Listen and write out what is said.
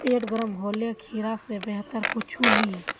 पेट गर्म होले खीरा स बेहतर कुछू नी